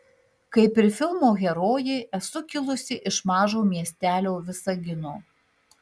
kaip ir filmo herojė esu kilusi iš mažo miestelio visagino